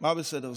מה בסדר?